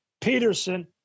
Peterson